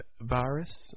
virus